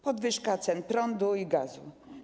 Podwyżka cen prądu i gazu.